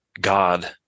God